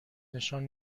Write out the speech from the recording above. نشان